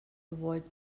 avoid